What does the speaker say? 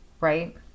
Right